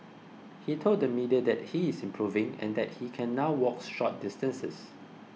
he told the media that he is improving and that he can now walk short distances